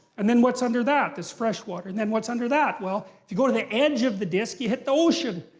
and then what's under that? there's fresh water. and then what's under that? well, if you go to the edge of the disc, you hit the ocean.